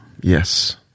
Yes